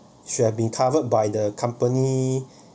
should have been covered by the company